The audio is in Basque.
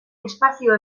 espazio